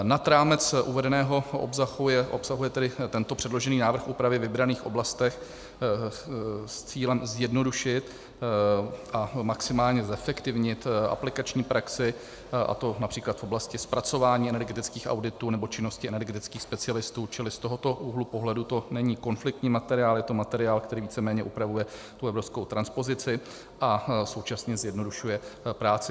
Nad rámec uvedeného obsahuje tento předložený návrh úpravy ve vybraných oblastech s cílem zjednodušit a maximálně zefektivnit aplikační praxi, a to například v oblasti zpracování energetických auditů nebo činnosti energetických specialistů, čili z tohoto úhlu pohledu to není konfliktní materiál, je to materiál, který víceméně upravuje evropskou transpozici a současně zjednodušuje práci.